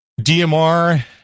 DMR